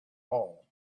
hole